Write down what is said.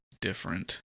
different